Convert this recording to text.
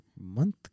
month